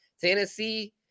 Tennessee